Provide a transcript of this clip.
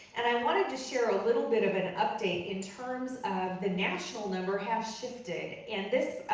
and i wanted to share a little bit of an update in terms of the national number has shifted. and this